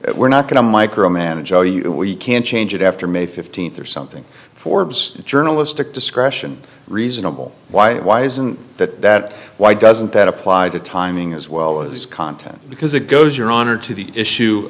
we're not going to micromanage oh you can change it after may fifteenth or something forbes journalistic discretion reasonable why why isn't that why doesn't that apply to timing as well as content because it goes your honor to the issue